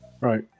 Right